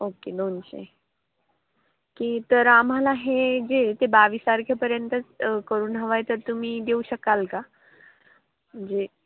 okay दोनशे की तर आम्हाला हे जे ते बावीस तारखेपर्यंतच करून हवं आहे तर तुम्ही देऊ शकाल का म्हणजे